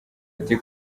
ati